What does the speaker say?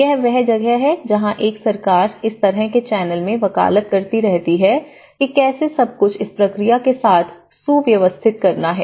यह वह जगह है जहां एक सरकार इस तरह के चैनल में वकालत करती रहती है कि कैसे सब कुछ इस प्रक्रिया के साथ सुव्यवस्थित करना है